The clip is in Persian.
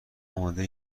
آماده